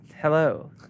Hello